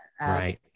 right